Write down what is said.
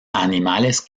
animales